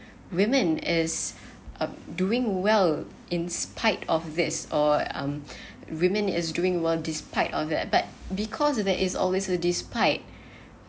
woman is a doing well in spite of this or um woman is doing will despite of it but because there is always a despite